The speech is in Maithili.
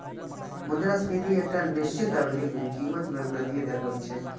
मुद्रास्फीति एकटा निश्चित अवधि मे कीमत मे वृद्धिक दर होइ छै